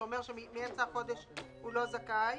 שאומר שמאמצע החודש הוא לא זכאי,